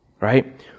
Right